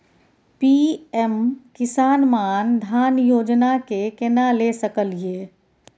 PM Kisan Maandhan Yojana के केना ले सकलिए?